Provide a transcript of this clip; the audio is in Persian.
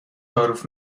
تعارف